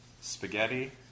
Spaghetti